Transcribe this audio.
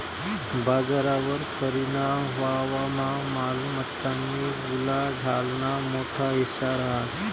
बजारवर परिणाम व्हवामा मालमत्तानी उलाढालना मोठा हिस्सा रहास